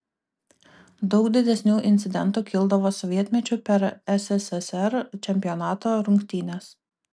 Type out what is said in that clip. daug didesnių incidentų kildavo sovietmečiu per sssr čempionato rungtynes